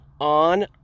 on